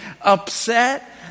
upset